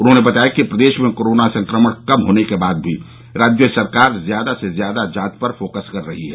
उन्होंने बताया कि प्रदेश में कोरोना संक्रमण कम होने के बाद भी राज्य सरकार ज्यादा से ज्यादा जांच पर फ़ोकस कर रही है